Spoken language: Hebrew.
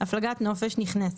"הפלגת נופש נכנסת"